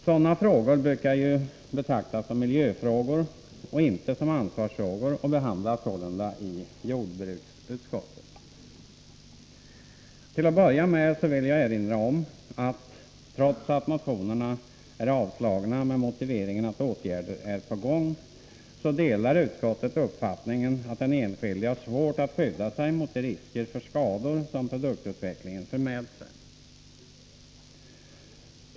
Sådana frågor brukar ju betraktas som miljöfrågor och inte som ansvarsfrågor, och de behandlas sålunda i jordbruksutskottet. Till att börja med vill jag erinra om att utskottet, trots att motionerna har avstyrkts med motiveringen att åtgärder är på gång, delar uppfattningen att den enskilde har svårt att skydda sig mot de risker för skador som produktutvecklingen för med sig.